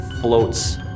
floats